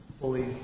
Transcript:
fully